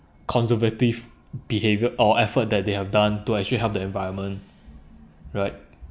conservative behaviour or effort that they have done to actually help the environment right